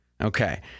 Okay